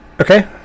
Okay